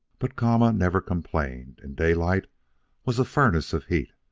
but kama never complained, and daylight was a furnace of heat,